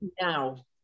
now